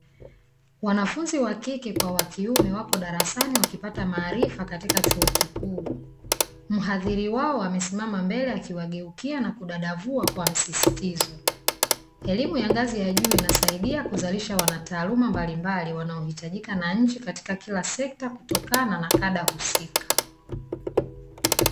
Wanafunzi wakike kwa wakiume wako darasani wakipata maarifa katika chuo kikuu. Mhadhiri wao amesimama mbele akiwageukia na kudadavua kwa msisitizo. Elimu ya ngazi ya juu inasaidia kuzalisha wanataaluma mbalimbali wanaohitajika na nchi katika kila sekta kutokana na kada husika.